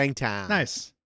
nice